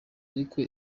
ariko